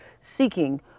seeking